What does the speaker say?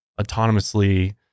autonomously